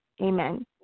amen